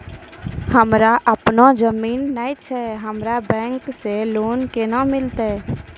हमरा आपनौ जमीन नैय छै हमरा बैंक से लोन केना मिलतै?